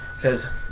says